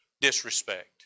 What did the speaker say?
disrespect